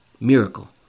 Miracle